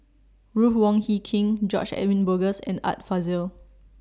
Ruth Wong Hie King George Edwin Bogaars and Art Fazil